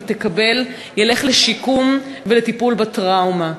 תקבל ילך לשיקום ולטיפול בטראומה.